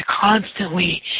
constantly